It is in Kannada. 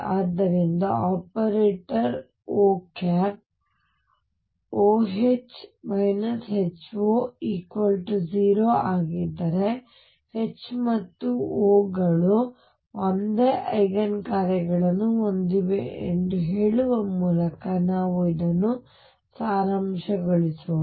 ಆದ್ದರಿಂದ operator O O OH HO 0 ಆಗಿದ್ದರೆ H ಮತ್ತು O ಗಳು ಒಂದೇ ಐಗನ್ ಕಾರ್ಯಗಳನ್ನು ಹೊಂದಿವೆ ಎಂದು ಹೇಳುವ ಮೂಲಕ ನಾವು ಇದನ್ನು ಸಾರಾಂಶಗೊಳಿಸೋಣ